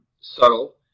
subtle